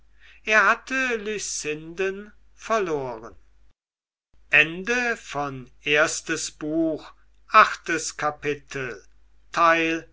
er hatte lucinden verloren